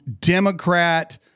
Democrat